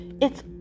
It's